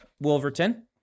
Wolverton